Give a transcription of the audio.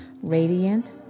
radiant